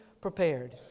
prepared